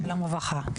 שלום וברכה.